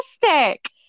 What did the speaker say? fantastic